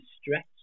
stretch